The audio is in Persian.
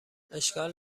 اشکال